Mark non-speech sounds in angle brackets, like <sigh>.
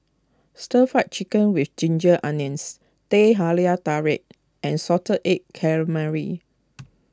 Stir Fry Chicken with Ginger Onions Teh Halia Tarik and Salted Egg Calamari <noise>